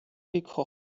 gekocht